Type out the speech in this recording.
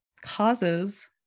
causes